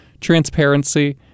transparency